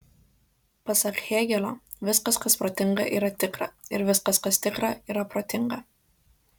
pasak hėgelio viskas kas protinga yra tikra ir viskas kas tikra yra protinga